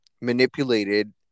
manipulated